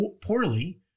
poorly